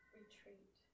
retreat